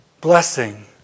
blessing